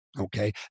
okay